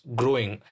growing